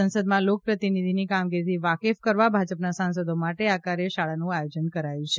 સંસદમાં લોકપ્રતિનિધિની કામગીરીથી વાકેફ કરવા ભાજપના સાંસદો માટે આ કાર્યશાળાનું આયોજન કરાયું છે